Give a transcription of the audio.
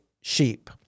sheep